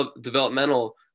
developmental